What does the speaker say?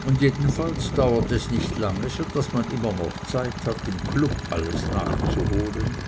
und jedenfalls dauert es nicht lange so daß man immer noch zeit hat im club alles nachzuholen